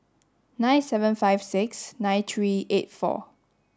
nine seven five six nine three eight four